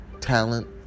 talent